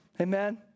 Amen